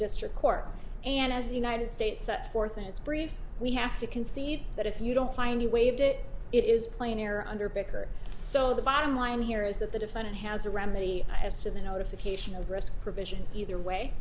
district court and as the united states set forth in its brief we have to concede that if you don't find you waived it it is plain air under becker so the bottom line here is that the defendant has a remedy as to the notification of gross provision either way